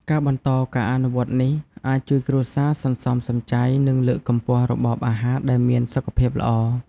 ការបន្តការអនុវត្តនេះអាចជួយគ្រួសារសន្សំសំចៃ និងលើកកម្ពស់របបអាហារដែលមានសុខភាពល្អ។